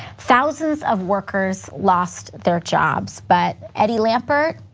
thousands of workers lost their jobs, but eddie lampert?